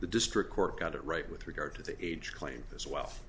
the district court got it right with regard to the age claim as well